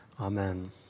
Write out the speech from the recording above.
Amen